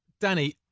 Danny